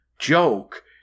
joke